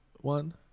one